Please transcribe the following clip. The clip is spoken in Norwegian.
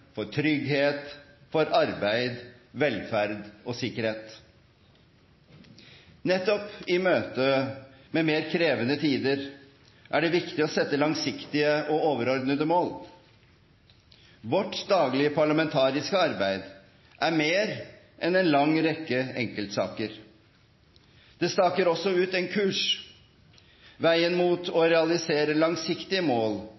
for trygghet, for arbeid, velferd og sikkerhet. Nettopp i møte med mer krevende tider er det viktig å sette langsiktige og overordnede mål. Vårt daglige parlamentariske arbeid er mer enn en lang rekke enkeltsaker. Det staker også ut en kurs. Veien mot å realisere langsiktige mål